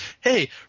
hey